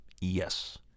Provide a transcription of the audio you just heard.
Yes